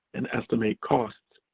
and estimate costs,